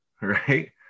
right